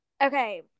Okay